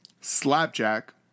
Slapjack